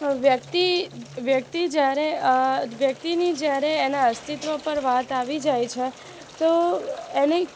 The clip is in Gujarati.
વ્યક્તિ વ્યક્તિ જયારે વ્યક્તિની જયારે એના અસ્તિત્ત્વ પર વાત જાય છે તો એની